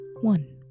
one